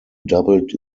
doubled